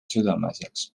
südameasjaks